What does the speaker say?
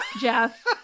Jeff